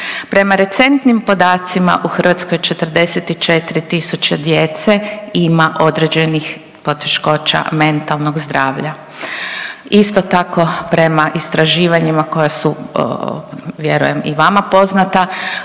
Prema recentnim podacima u Hrvatskoj 44 tisuće djece ima određenih poteškoća mentalnog zdravlja. Isto tako prema istraživanjima koja su vjerujem i vama poznata,